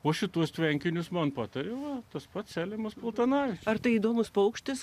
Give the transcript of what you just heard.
o šituos tvenkinius man patarė va tas pats selimas platonu ar tai įdomus paukštis